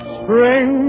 spring